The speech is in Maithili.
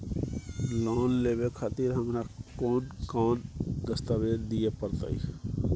लोन लेवे खातिर हमरा कोन कौन दस्तावेज दिय परतै?